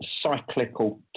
cyclical